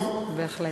בהחלט.